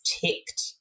ticked